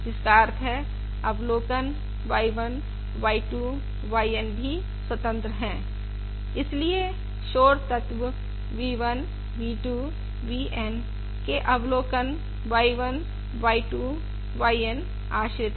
जिसका अर्थ है अवलोकन y 1 y 2 y N भी स्वतंत्र है इसलिए शोर तत्व v 1 v 2 v N के अवलोकन y 1 y 2 y N आश्रित है